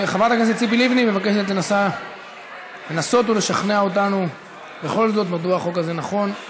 חברת הכנסת לבני מבקשת לנסות ולשכנע אותנו בכל זאת מדוע החוק הזה נכון.